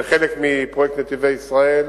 זה חלק מפרויקט "נתיבי ישראל",